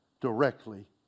directly